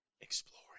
exploring